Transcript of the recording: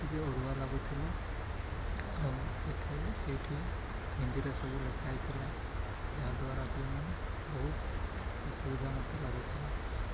ଟିକେ ଅଡ଼ୁଆ ଲାଗୁଥିଲା ଆଉ ସେଇଠି ସେଇଠି ହିନ୍ଦୀରେ ସବୁ ଲେଖା ଯାଇଥିଲା ଯାହାଦ୍ୱାରାକି ମୁଁ ବହୁତ ଅସୁବିଧା ମୋତେ ଲାଗୁଥିଲା